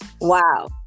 wow